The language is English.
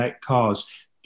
cars